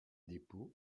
dépôt